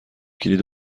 کلید